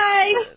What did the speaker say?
Bye